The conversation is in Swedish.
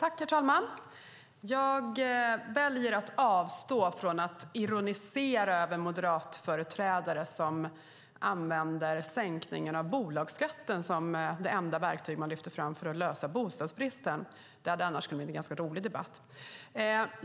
Herr talman! Jag väljer att avstå från att ironisera över moderatföreträdare som använder sänkning av bolagsskatten som det enda verktyg man lyfter fram för att lösa bostadsbristen. Det hade annars kunnat bli en ganska rolig debatt.